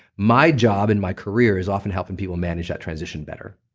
my job and my career is often helping people manage that transition better.